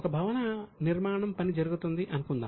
ఒక భవన నిర్మాణం పని జరుగుతుంది అనుకుందాం